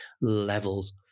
levels